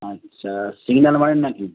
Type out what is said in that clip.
আচ্ছা সিগন্যাল মানেন নাকি